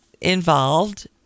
involved